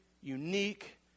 unique